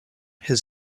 his